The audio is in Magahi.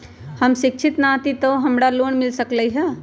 हम शिक्षित न हाति तयो हमरा लोन मिल सकलई ह?